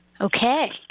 Okay